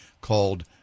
called